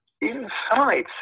inside